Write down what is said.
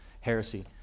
heresy